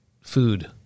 food